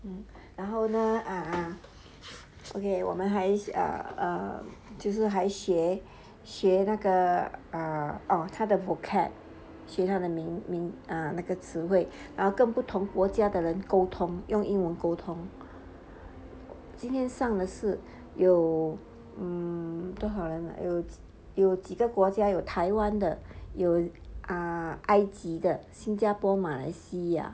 然后呢 ah okay 我们还 err 就是还学那个他的 vocab 学他的名 ah 那个词汇然后跟不同国家的人沟通用英文沟通今天上了是有多少人的有几个国家有台湾的有埃及的新加坡马来西亚